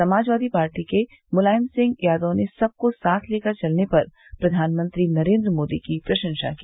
समाजवादी पार्टी के मुलायम सिंह यादव ने सबको साथ लेकर चलने पर प्रधानमंत्री नरेन्द्र मोदी की प्रशंसा की